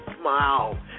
smile